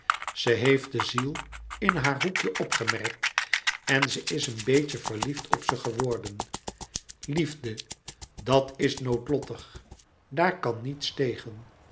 ze heeft de ziel in haar hoekje opgemerkt en ze is een beetje verliefd op ze geworden liefde dat is noodlottig daar kan niets tegen